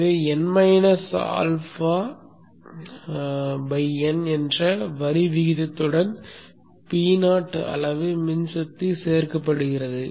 எனவே ᴨ αᴨ என்ற வரி விகிதத்துடன் Po அளவு மின்சக்தி சேர்க்கப்படுகிறது